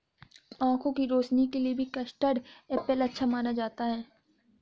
आँखों की रोशनी के लिए भी कस्टर्ड एप्पल अच्छा माना जाता है